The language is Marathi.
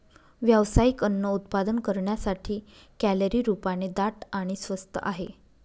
व्यावसायिक अन्न उत्पादन करण्यासाठी, कॅलरी रूपाने दाट आणि स्वस्त आहे